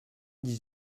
dix